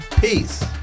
Peace